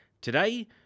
Today